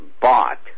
bought